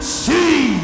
see